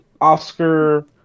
Oscar